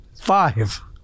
Five